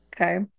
Okay